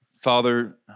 Father